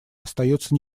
остается